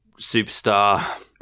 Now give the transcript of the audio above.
superstar